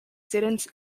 students